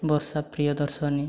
ବର୍ଷା ପ୍ରିୟଦର୍ଶିନୀ